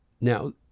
Now